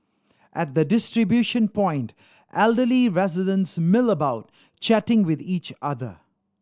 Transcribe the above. at the distribution point elderly residents mill about chatting with each other